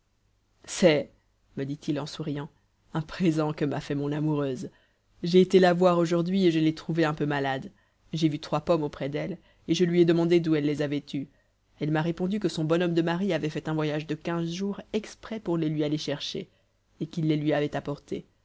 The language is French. c'est me répondit-il en souriant un présent que m'a fait mon amoureuse j'ai été la voir aujourd'hui et je l'ai trouvée un peu malade j'ai vu trois pommes auprès d'elle et je lui ai demandé d'où elle les avait eues elle m'a répondu que son bon homme de mari avait fait un voyage de quinze jours exprès pour les lui aller chercher et qu'il les lui avait apportées